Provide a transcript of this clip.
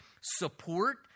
support